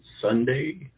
Sunday